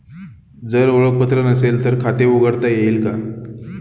जर ओळखपत्र नसेल तर खाते उघडता येईल का?